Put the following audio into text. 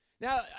Now